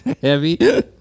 Heavy